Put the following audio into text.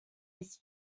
his